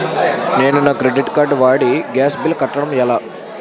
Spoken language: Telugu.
నేను నా క్రెడిట్ కార్డ్ వాడి గ్యాస్ బిల్లు కట్టడం ఎలా?